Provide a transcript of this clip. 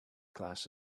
class